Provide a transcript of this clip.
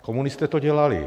Komunisté to dělali.